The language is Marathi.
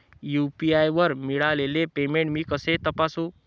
यू.पी.आय वर मिळालेले पेमेंट मी कसे तपासू?